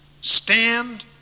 stand